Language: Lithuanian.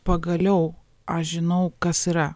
pagaliau aš žinau kas yra